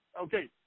Okay